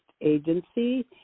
agency